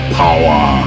power